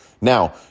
Now